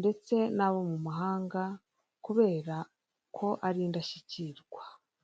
ndetse n'abo mu mahanga, kubera ko ari indashyikirwa.